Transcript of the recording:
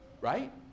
right